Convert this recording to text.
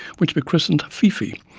which we christened fifi,